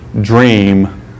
dream